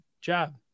job